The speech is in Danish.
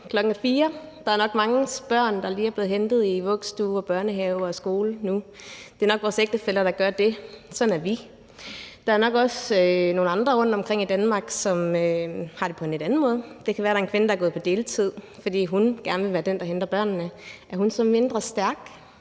Klokken er omkring 16, og der er nok manges børn, der lige er blevet hentet i vuggestue, børnehave eller skole nu. Det er nok vores ægtefæller, der gør det. Sådan er vi. Der er nok også nogle andre rundtomkring i Danmark, som har det på en lidt anden måde. Det kan være en kvinde, der er gået på deltid, fordi hun gerne vil være den, der henter børnene. Er hun så mindre stærk?